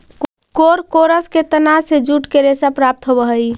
कोरकोरस के तना से जूट के रेशा प्राप्त होवऽ हई